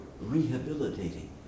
rehabilitating